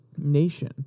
nation